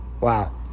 wow